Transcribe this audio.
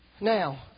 Now